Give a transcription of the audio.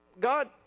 God